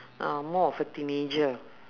um more of a teenager